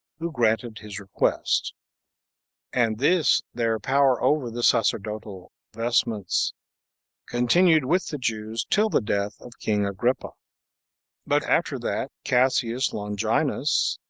who granted his request and this their power over the sacerdotal vestments continued with the jews till the death of king agrippa but after that, cassius longinus,